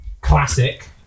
classic